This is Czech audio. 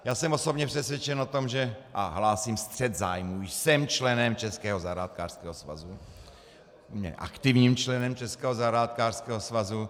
Já jsem osobně přesvědčen o tom, že... a hlásím střet zájmů, jsem členem Českého zahrádkářského svazu, aktivním členem Českého zahrádkářského svazu.